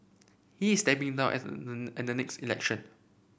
he is stepping down at the at the next election